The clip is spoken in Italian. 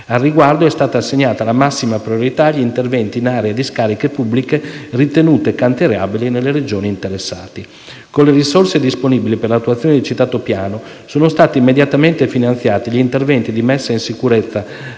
Al riguardo, è stata assegnata la massima priorità agli interventi in aree di discariche pubbliche ritenute cantierabili nelle Regioni interessate. Con le risorse disponibili per l'attuazione del citato piano sono stati immediatamente finanziati gli interventi di messa in sicurezza